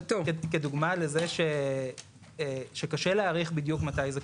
כדוגמא לזה שקשה להעריך מתי בדיוק זה קורה,